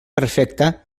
perfecta